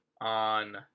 on